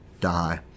die